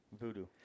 Voodoo